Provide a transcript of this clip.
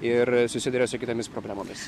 ir susiduria su kitomis problemomis